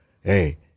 hey